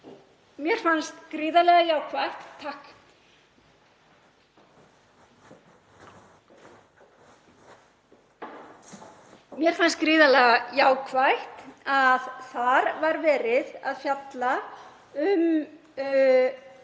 Mér fannst gríðarlega jákvætt að þar var verið að fjalla um